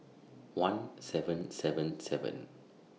one seven seven seven